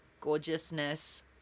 gorgeousness